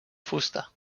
fusta